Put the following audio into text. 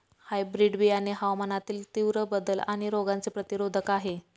hybrid बियाणे हवामानातील तीव्र बदल आणि रोगांचे प्रतिरोधक आहे